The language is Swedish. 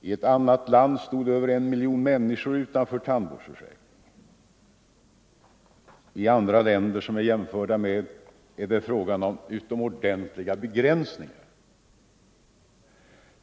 I ett annat land stod över I miljon människor utanför tandvårdsförsäkringen. I andra länder som vi är jämförda med är det också fråga om utomordentligt stora begränsningar.